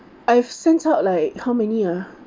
I've sent out like how many ah